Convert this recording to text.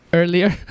earlier